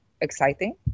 exciting